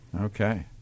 Okay